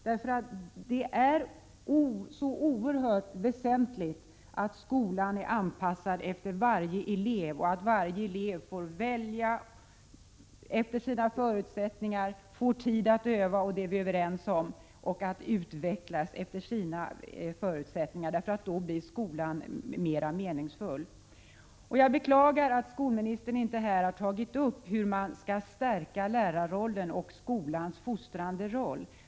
Det är oerhört väsentligt att skolan är anpassad efter varje elev och att varje elev får välja efter sina förutsättningar, får tid att öva — det är vi överens om — och att utvecklas efter sina förutsättningar. Då blir skolan mera meningsfull. Jag beklagar att skolministern inte här tagit upp hur man skall stärka lärarrollen och skolans fostrande roll.